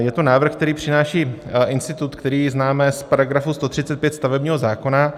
Je to návrh, který přináší institut, který známe z § 135 stavebního zákona.